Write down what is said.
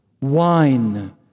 wine